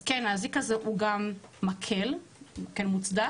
אז כן, האזיק הזה הוא גם מקל, מקל מוצדק,